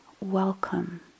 Welcome